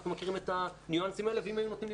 אנחנו מכירים את הניואנסים האלה ואם היו נותנים לי